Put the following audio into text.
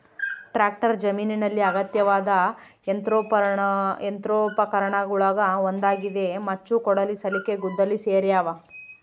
tractor ಜಮೀನಿನಲ್ಲಿ ಅಗತ್ಯವಾದ ಯಂತ್ರೋಪಕರಣಗುಳಗ ಒಂದಾಗಿದೆ ಮಚ್ಚು ಕೊಡಲಿ ಸಲಿಕೆ ಗುದ್ದಲಿ ಸೇರ್ಯಾವ